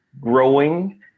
growing